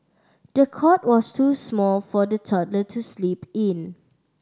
the cot was too small for the toddler to sleep in